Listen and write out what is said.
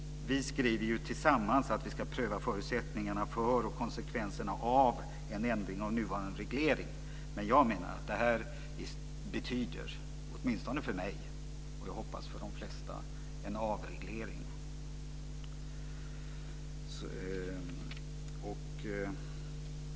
Vi skriver tillsammans att vi ska pröva förutsättningarna för och konsekvenserna av en ändring av nuvarande reglering. Jag menar att det betyder en avreglering, och så hoppas jag att det är för de flesta.